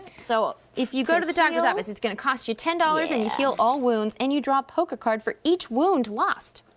so if you go to the doctor's office, it's gonna cost you ten dollars and you heal all wounds and you draw a poker card for each wound lost.